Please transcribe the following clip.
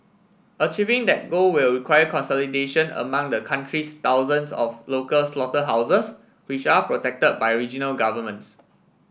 achieving that goal will require consolidation among the country's thousands of local slaughterhouses which are protected by regional governments